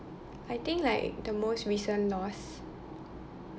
I think like the most recent loss